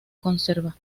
conserva